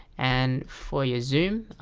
and for your zoom,